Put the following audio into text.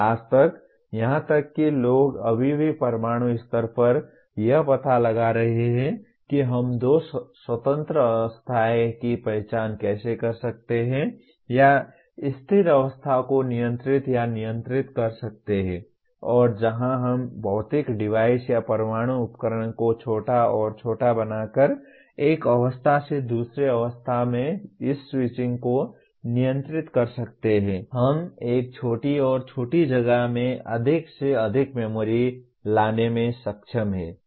आज तक यहां तक कि लोग अभी भी परमाणु स्तर पर यह पता लगा रहे हैं कि हम दो स्वतंत्र अवस्थाएँ की पहचान कैसे कर सकते हैं या स्थिर अवस्थाओं को नियंत्रित या नियंत्रित कर सकते हैं और जहां हम उस भौतिक डिवाइस या परमाणु उपकरण को छोटा और छोटा बनाकर एक अवस्था से दूसरे अवस्था में इस स्विचिंग को नियंत्रित कर सकते हैं हम एक छोटी और छोटी जगह में अधिक से अधिक मेमोरी लाने में सक्षम हैं